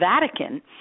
Vatican